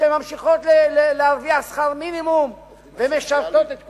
שממשיכות להרוויח שכר מינימום ומשרתות את כולנו?